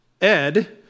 Ed